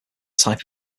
type